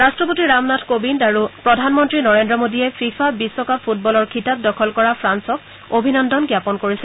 ৰাট্টপতি ৰামনাথ কোবিন্দ আৰু প্ৰধানমন্ত্ৰী নৰেন্দ্ৰ মোদীয়ে ফিফা বিশ্বকাপ ফুটবলৰ খিতাপ দখল কৰা ফ্ৰালক অভিনন্দন জ্ঞাপন কৰিছে